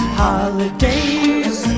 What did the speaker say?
holidays